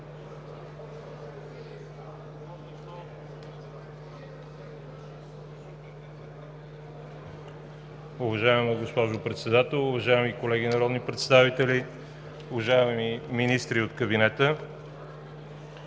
Уважаема госпожо Председател, уважаеми колеги народни представители, уважаеми министри от Кабинета!